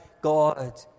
God